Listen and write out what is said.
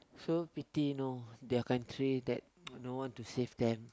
so pity you know their country that got no one to save them